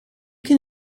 can